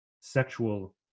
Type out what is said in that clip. sexual